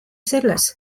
selles